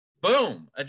boom